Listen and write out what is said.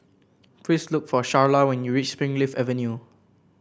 please look for Sharla when you reach Springleaf Avenue